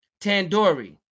Tandoori